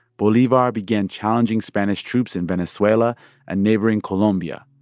bolivar began challenging spanish troops in venezuela and neighboring colombia.